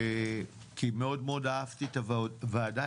כי מאוד אהבתי את הוועדה,